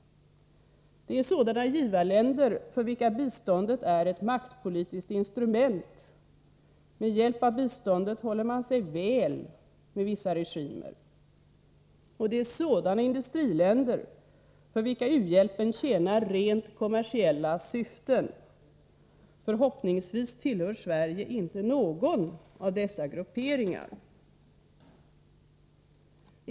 Det är å ena sidan sådana givarländer för vilka biståndet är ett maktpolitiskt instrument. Med hjälp av biståndet håller man sig väl med vissa regimer. Å andra sidan är det sådana industriländer för vilka u-hjälpen tjänar rent kommersiella syften. Förhoppningsvis tillhör Sverige inte någon av dessa grupperingar.